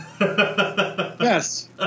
Yes